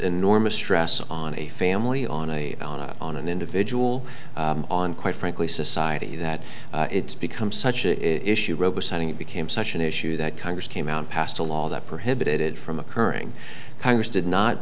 enormous stress on a family on a on a on an individual on quite frankly society that it's become such a issue robo signing it became such an issue that congress came out passed a law that prohibited from occurring congress did not